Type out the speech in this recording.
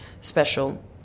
special